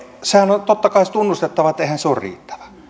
sehän on totta kai tunnustettava eiväthän ne ole riittäviä ja